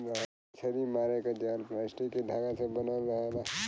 मछरी मारे क जाल प्लास्टिक के धागा से बनल रहेला